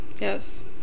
Yes